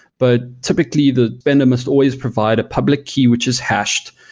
but typically the vendor must always provide a public key, which is hashed,